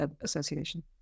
Association